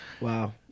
Wow